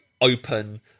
open